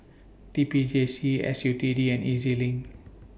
T P J C S U T D and E Z LINK